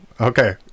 Okay